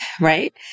right